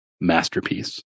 Masterpiece